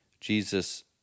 Jesus